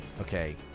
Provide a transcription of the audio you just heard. okay